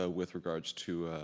ah with regards to